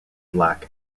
black